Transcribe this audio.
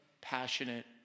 passionate